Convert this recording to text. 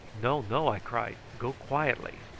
no, no, i cried, go quietly.